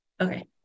Okay